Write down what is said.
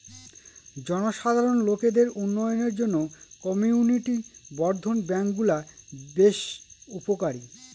জনসাধারণ লোকদের উন্নয়নের জন্য কমিউনিটি বর্ধন ব্যাঙ্কগুলা বেশ উপকারী